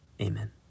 Amen